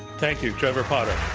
thank you, trevor potter.